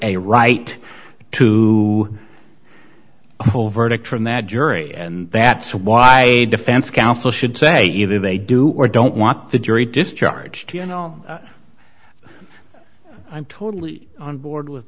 a right to a full verdict from that jury and that's why defense counsel should say either they do or don't want the jury discharged you know i'm totally on board with